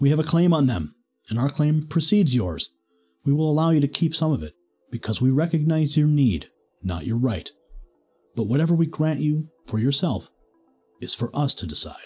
we have a claim on them and our claim precedes yours we will allow you to keep some of it because we recognize your need not your right but whatever we grant you for yourself is for us to decide